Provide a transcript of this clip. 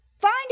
Find